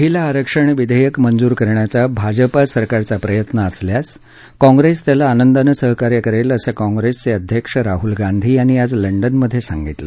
महिला आरक्षण विधेयक मंजूर करण्याचा भाजपा सरकारचा प्रयत्न असल्यास काँप्रेस त्याला आनंदानं सहकार्य करेल असं काँप्रेस अध्यक्ष राहुल गांधी यांनी आज लंडनमध्ये सांगितलं